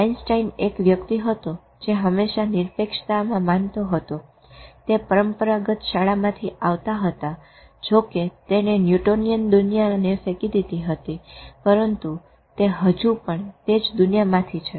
Einstein એક વ્યક્તિ હતો જે હંમેશા નિરપેક્ષતામાં માનતો હતો તે પરંપરાગત શાળામાંથી આવતા હતા જો કે એને ન્યૂટોનીયન દુનિયા ને ફેકી દીધી હતી પરંતુ તે હજુ પણ તે જ દુનિયા માંથી છે